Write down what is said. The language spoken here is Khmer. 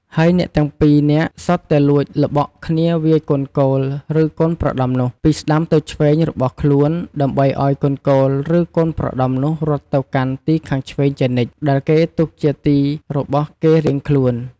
ហើយអ្នកទាំង ២ នាក់ សុទ្ធតែលួចល្បក់គ្នាវាយកូនគោលឫកូនប្រដំនោះ ពីស្តាំទៅឆ្វេងរបស់ខ្លួនដើម្បីឲ្យកូនគោល ឬកូនប្រដំនោះរត់ទៅកាន់ទីខាងឆ្វេងជានិច្ច ដែលគេទុកជាទីរបស់គេរៀងខ្លួន។